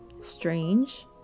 strange